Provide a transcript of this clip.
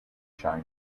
china